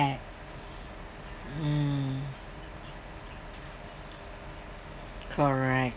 mm correct